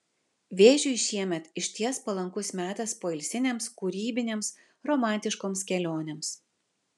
vėžiui šiemet išties palankus metas poilsinėms kūrybinėms romantiškoms kelionėms